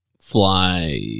Fly